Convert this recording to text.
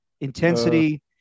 intensity